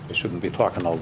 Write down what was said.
but shouldn't be talking. ah